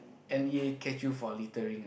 N_E_A catch you for littering ah